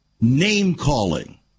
Name-calling